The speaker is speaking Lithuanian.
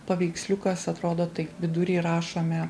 paveiksliukas atrodo taip vidury rašome